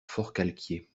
forcalquier